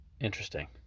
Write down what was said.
interesting